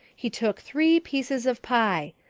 he took three pieces of pie.